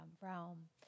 realm